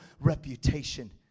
reputation